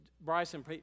Bryson